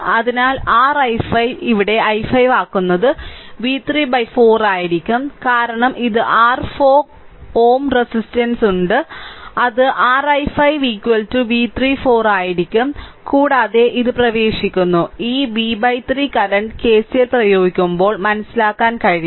അതിനാൽ r i5 ഇവിടെ i5 ആക്കുന്നത് v3 by 4 ആയിരിക്കും കാരണം ഇത് r 4 Ω റെസിസ്റ്റൻസ് ഉണ്ട് അത് r i5 v3 4 ആയിരിക്കും കൂടാതെ ഇത് പ്രവേശിക്കുന്ന ഈ v 3 കറന്റ് KCL പ്രയോഗിക്കുമ്പോൾ മനസ്സിലാക്കാൻ കഴിയും